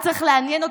היה צריך לעניין אותך,